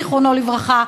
זיכרונו לברכה,